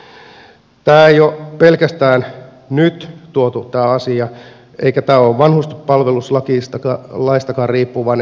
tämä asia ei ole pelkästään nyt tuotu eikä tämä ole vanhuspalvelulaistakaan riippuvainen